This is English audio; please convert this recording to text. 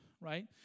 right